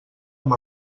amb